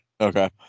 okay